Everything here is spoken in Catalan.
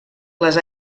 les